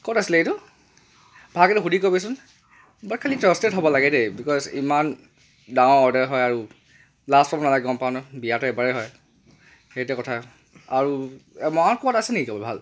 ক'ত আছিলে এইটো ভালকেনে সুধি ক'বিচোন বাট খালী ট্ৰাষ্টেড হ'ব লাগে দেই বিকজ ইমান ডাঙৰ হয় আৰু লাজ চৰম লাগে বিয়াটো এবাৰেই হয় সেইটোৱে কথা আৰু মৰাণত ক'ৰবাত আছে নেকি ভাল